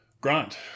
grant